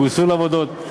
גויסו לעבודות,